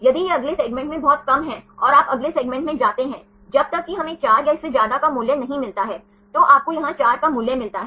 यदि यह अगले सेगमेंट में बहुत कम है और आप अगले सेगमेंट में जाते हैं जब तक कि हमें 4 या इससे ज़्यादा का मूल्य नहीं मिलता है तो आपको यहां 4 का मूल्य मिलता है